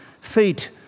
feet